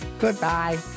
Goodbye